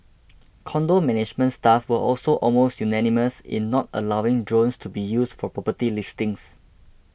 condo management staff were also almost unanimous in not allowing drones to be used for property listings